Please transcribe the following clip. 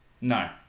no